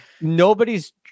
Nobody's